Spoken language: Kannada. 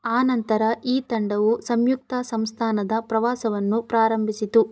ಆನಂತರ ಈ ತಂಡವು ಸಂಯುಕ್ತ ಸಂಸ್ಥಾನದ ಪ್ರವಾಸವನ್ನು ಪ್ರಾರಂಭಿಸಿತು